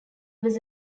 was